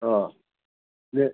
ᱦᱮᱸ ᱪᱮᱫ